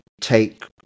take